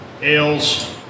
Ales